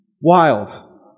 wild